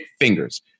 fingers